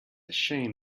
shame